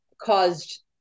caused